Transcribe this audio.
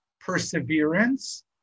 perseverance